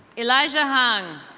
elijah han.